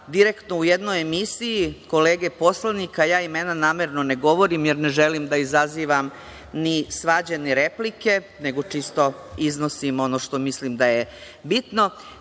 direktno u jednoj emisiji, kolege poslanika, ja imena namerno ne govorim, jer ne želim da izazivam ni svađe ni replike, nego čisto iznosim ono što mislim da je bitno. Taj